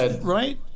right